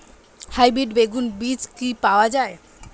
Hybrid বেগুন বীজ কি পাওয়া য়ায়?